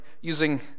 using